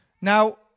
Now